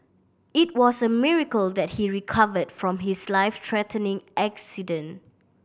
it was a miracle that he recovered from his life threatening accident